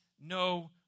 no